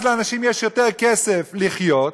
אז לאנשים יש יותר כסף לחיות,